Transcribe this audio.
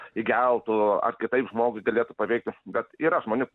įgeltų ar kitaip žmogų galėtų paveikti bet yra žmonių